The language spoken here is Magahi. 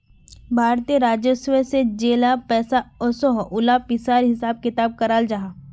भारतीय राजस्व से जेला पैसा ओसोह उला पिसार हिसाब किताब कराल जाहा